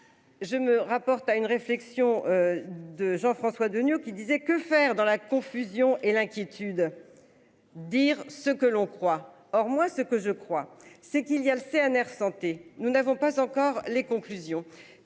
Je me rapporte à une réflexion. De Jean-François Deniau, qui disait que faire dans la confusion et l'inquiétude. Dire ce que l'on croit. Or moi ce que je crois c'est qu'il y a le CNR, santé, nous n'avons pas encore les conclusions